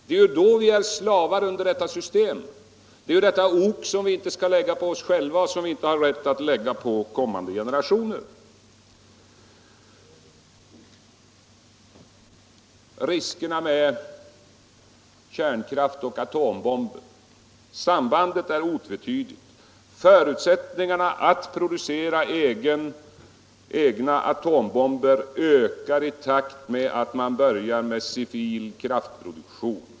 Det är då vi är slavar under detta system, detta ok som vi inte bör lägga på oss själva och som vi inte har rätt att lägga på kommande generationer. Sambandet mellan kärnkraft och atombomber är otvetydigt. Förutsättningarna att producera egna atombomber ökar i takt med att man börjar med civil kärnkraftsproduktion.